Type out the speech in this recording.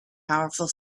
powerful